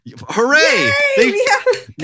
Hooray